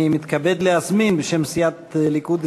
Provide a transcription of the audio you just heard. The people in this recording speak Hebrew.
אני מתכבד להזמין בשם סיעת הליכוד,